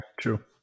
true